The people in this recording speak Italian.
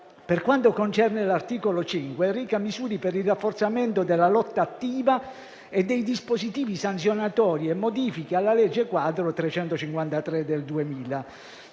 importante. L'articolo 5 reca misure per il rafforzamento della lotta attiva e dei dispositivi sanzionatori e modifiche alla legge quadro 21 novembre 2000,